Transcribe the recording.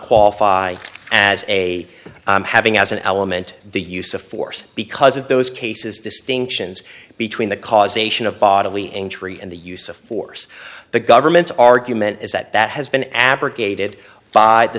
qualify as a having as an element the use of force because of those cases distinctions between the causation of bodily injury and the use of force the government's argument is that that has been abrogated by the